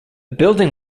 building